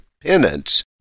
penance